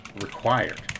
required